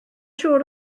siŵr